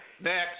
Next